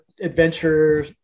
adventure